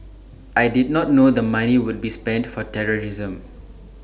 I did not know the money would be spent for terrorism